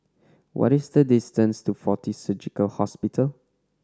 what is the distance to Fortis Surgical Hospital